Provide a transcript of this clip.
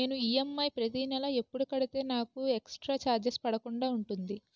నేను ఈ.ఎమ్.ఐ ప్రతి నెల ఎపుడు కడితే నాకు ఎక్స్ స్త్ర చార్జెస్ పడకుండా ఉంటుంది?